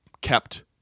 kept